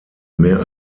mehr